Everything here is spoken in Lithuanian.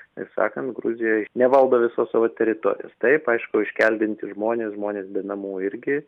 ir sakant gruzijoj nevaldo visos savo teritorijos taip aišku iškeldinti žmonės žmonės be namų irgi